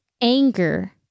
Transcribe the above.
anger